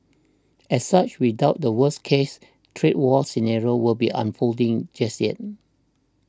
as such we doubt the worst case trade war scenario will be unfolding just yet